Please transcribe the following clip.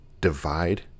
divide